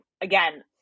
Again